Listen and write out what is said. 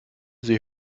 sie